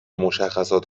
مشخصات